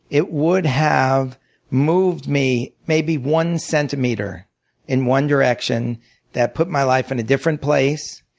it would have moved me maybe one centimeter in one direction that put my life in a different place.